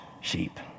sheep